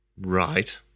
Right